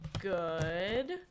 Good